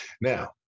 Now